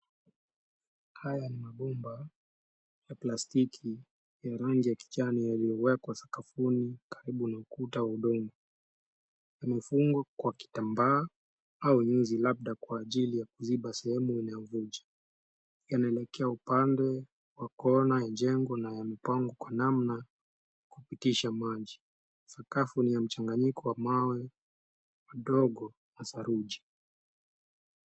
Haya ni mabomba ya plastiki ya rangi ya kijani yaliyowekwa sakafuni karibu na ukuta wa udongo. Umefungwa kwa kitamba au nyuzi, labda kwa ajili yakufunga sehemu inayovuja. Yanaelekea pande wa kona ya jengo na yamepangwa kwa namna kupitisha maji. Sakafu ni ya mchanganyiko wa mawe madogo na saruji.